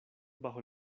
bajo